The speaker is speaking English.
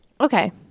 Okay